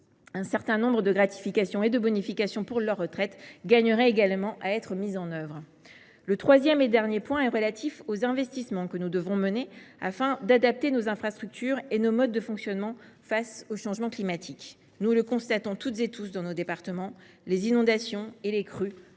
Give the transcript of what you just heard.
Un certain nombre de gratifications et de bonifications pour leur retraite gagneraient également à être mises en œuvre. Enfin, nous devons engager des investissements afin d’adapter nos infrastructures et nos modes de fonctionnement face au changement climatique. Nous le constatons toutes et tous dans nos départements : les inondations et les crues